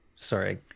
Sorry